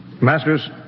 Masters